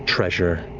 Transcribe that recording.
treasure,